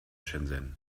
shenzhen